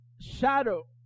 Shadow